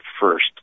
first